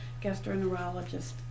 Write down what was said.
gastroenterologist